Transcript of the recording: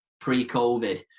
pre-Covid